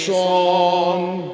song